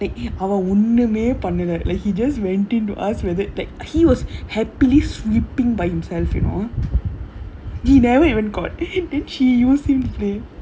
அவன் உண்மையிலேயே:avan unmaiyilayae like he just went in to ask whether like he was happily sweeping by himself you know he never even call then she use him eh